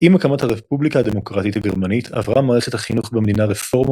עם הקמת הרפובליקה הדמוקרטית הגרמנית עברה מערכת החינוך במדינה רפורמה